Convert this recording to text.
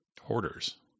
hoarders